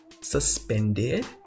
suspended